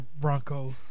Bronco